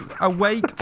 awake